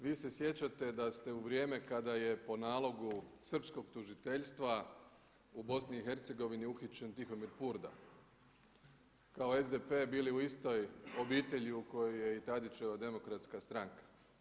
Vi se sjećate da ste u vrijeme kada je po nalogu srpskog tužiteljstva u BIH uhićen Tihomir Purda kao SDP bili u istoj obitelji u kojoj je i Tadićeva demokratska stranka.